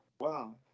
Wow